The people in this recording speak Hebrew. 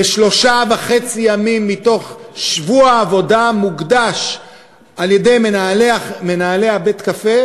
ושלושה ימים וחצי משבוע העבודה של מנהלי בית-הקפה